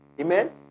Amen